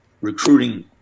recruiting